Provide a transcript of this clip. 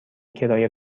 کرایه